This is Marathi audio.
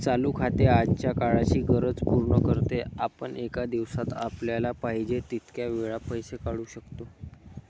चालू खाते आजच्या काळाची गरज पूर्ण करते, आपण एका दिवसात आपल्याला पाहिजे तितक्या वेळा पैसे काढू शकतो